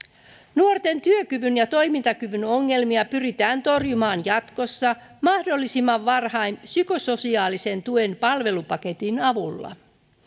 nuorten työkyvyn ja toimintakyvyn ongelmia pyritään torjumaan jatkossa mahdollisimman varhain psykososiaalisen tuen palvelupaketin avulla